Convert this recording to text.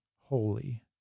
holy